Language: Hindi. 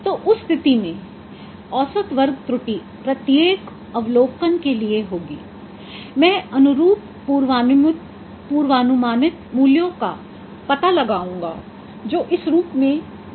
तो उस स्थिति में औसत वर्ग त्रुटि प्रत्येक अवलोकन के लिए होगी मैं अनुरूप पूर्वानुमानित मूल्यों का पता लगाऊंगा जो इस रूप में दिखाया गया है